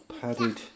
padded